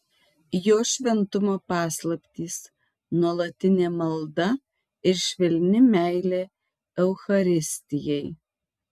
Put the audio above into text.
jo šventumo paslaptys nuolatinė malda ir švelni meilė eucharistijai